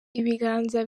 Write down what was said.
ibiganza